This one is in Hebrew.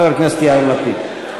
חבר הכנסת יאיר לפיד.